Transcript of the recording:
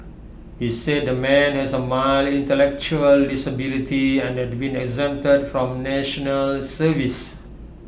he said the man has A mild intellectual disability and had been exempted from National Service